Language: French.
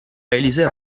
réalisées